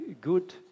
good